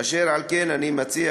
אשר על כן, אני מציע